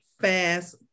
fast